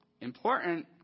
Important